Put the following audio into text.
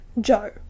joe